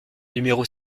numéro